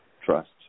trust